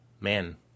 Man